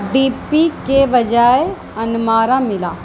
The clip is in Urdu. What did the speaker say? ڈی پی کے بجائے انمارا ملا